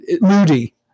moody